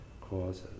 causes